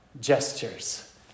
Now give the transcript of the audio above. gestures